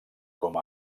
com